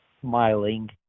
smiling